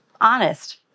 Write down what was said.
honest